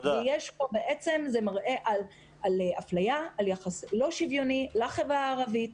בעצם זה מראה על אפליה ויחס לא שוויוני לחברה הערבית,